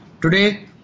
Today